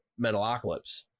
Metalocalypse